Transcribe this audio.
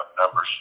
numbers